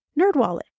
NerdWallet